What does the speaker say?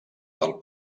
del